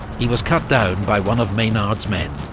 he was cut down by one of maynard's men.